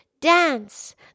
dance